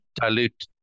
dilute